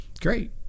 great